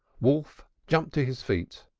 wolf jumped to his feet.